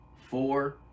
four